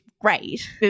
great